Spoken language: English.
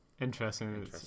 interesting